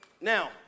Now